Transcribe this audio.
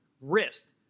wrist